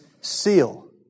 seal